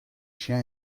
chien